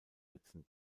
sätzen